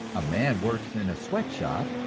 a man works in a sweatshop,